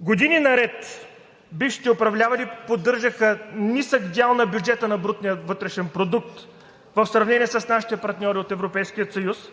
Години наред бившите управляващи поддържаха нисък дял на бюджета на брутния вътрешен продукт, в сравнение с нашите партньори от Европейския съюз.